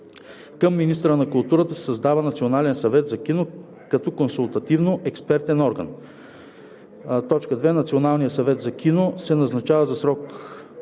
Към министъра на културата се създава Национален съвет за кино като консултативно-експертен орган. (2) Националният съвет за кино се назначава за срок